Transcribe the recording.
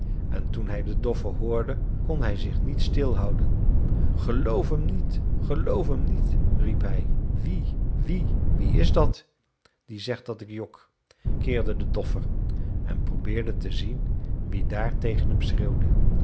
en toen hij den doffer hoorde kon hij zich niet stilhouden geloof hem niet geloof hem niet riep hij wie wie wie is dat die zegt dat ik jok kirde de doffer en probeerde te zien wie daar tegen hem